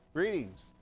Greetings